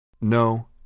No